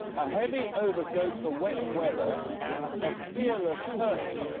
a heavy overcoat for wet weather and a fearless person,